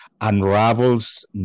unravels